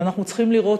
ואנחנו צריכים לראות,